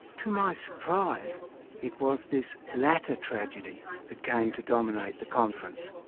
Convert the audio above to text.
to my surprise it was this latter tragedy that came to dominate the conference.